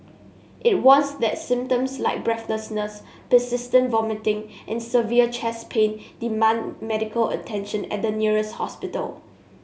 it warns that symptoms like breathlessness persistent vomiting and severe chest pain demand medical attention at the nearest hospital